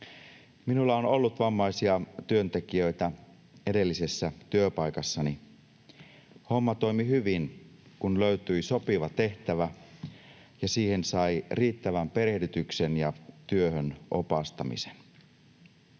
Minulla on ollut vammaisia työntekijöitä edellisessä työpaikassani. Homma toimi hyvin, kun löytyi sopiva tehtävä ja siihen sai riittävän perehdytyksen ja työhön opastamisen.